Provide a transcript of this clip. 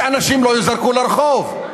שאנשים לא ייזרקו לרחוב.